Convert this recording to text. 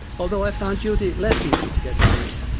although i found judy less easy to get on with.